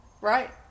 Right